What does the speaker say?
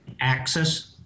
access